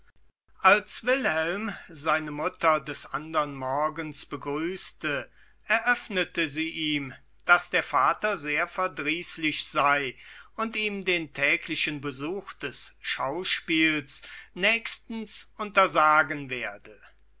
als wilhelm seine mutter des andern morgens begrüßte eröffnete sie ihm daß der vater sehr verdrießlich sei und ihm den täglichen besuch des schauspiels nächstens untersagen werde